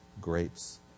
grapes